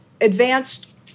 advanced